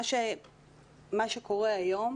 מה שקורה היום